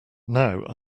now